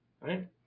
right